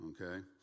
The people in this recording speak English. Okay